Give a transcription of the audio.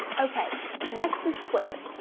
ok, next is twitter.